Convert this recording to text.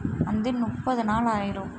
வந்து முப்பது நாள் ஆயிடும்